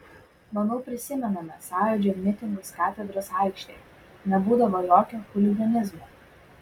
manau prisimename sąjūdžio mitingus katedros aikštėje nebūdavo jokio chuliganizmo